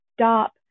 stop